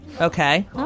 Okay